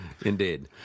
Indeed